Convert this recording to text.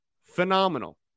phenomenal